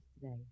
today